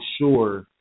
sure